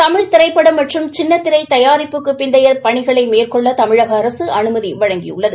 தமிழ் திரைப்படம் மற்றும் சின்னத்திரை தயாரிப்புக்கு பிந்தைய பணிகளை மேற்கொள்ள தமிழக அரசு அனுமதி வழங்கியுள்ளது